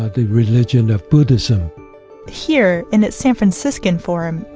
ah the religion of buddhism here, in its san franciscan form,